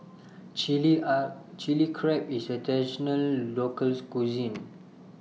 Chili Are Chili Crab IS A Traditional Local Cuisine